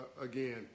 again